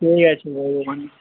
ঠিক আছে বলবোখানে